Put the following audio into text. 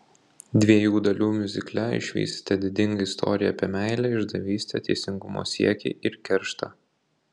dviejų dalių miuzikle išvysite didingą istoriją apie meilę išdavystę teisingumo siekį ir kerštą